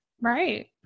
Right